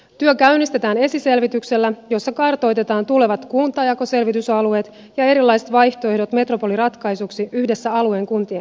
työ käynnistetään esiselvityksellä jossa kartoitetaan tulevat kuntajakoselvitysalueet ja erilaiset vaihtoehdot metropoliratkaisuksi yhdessä alueen kuntien kanssa